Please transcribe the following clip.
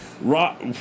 Rock